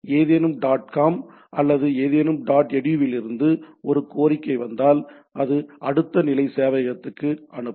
ஏதேனும் dot com அல்லது ஏதேனும் டாட் எடூவிலிருந்து ஒரு கோரிக்கை வந்தால் அது அடுத்த நிலை சேவையகத்திற்கு அனுப்பும்